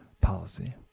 policy